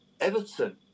Everton